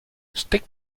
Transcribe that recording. stick